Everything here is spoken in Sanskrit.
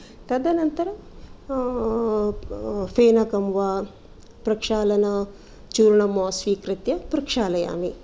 तदनन्तरं फेनकं वा प्रक्षालनचूर्णं वा स्वीकृत्य प्रक्षालयामि